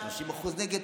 30% נגד.